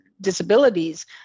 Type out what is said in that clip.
disabilities